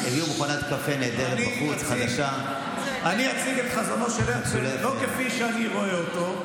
ודווקא בחזונו של הרצל שמענו את חבר הכנסת סוכות,